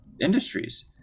industries